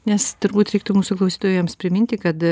nes turbūt reiktų mūsų klausytojams priminti kad